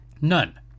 None